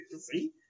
See